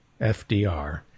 FDR